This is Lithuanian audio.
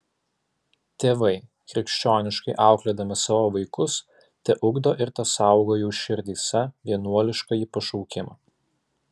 tėvai krikščioniškai auklėdami savo vaikus teugdo ir tesaugo jų širdyse vienuoliškąjį pašaukimą